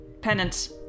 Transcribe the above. penance